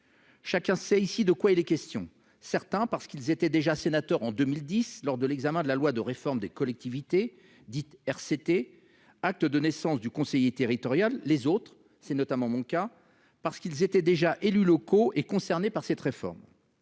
Chacun sait ici de quoi il est question : certains d'entre nous parce qu'ils étaient déjà sénateurs en 2010, lors de l'examen de la loi de réforme des collectivités territoriales, dite RCT, acte de naissance du conseiller territorial, d'autres- c'est mon cas -, parce qu'ils étaient alors élus locaux, donc concernés par cette réforme.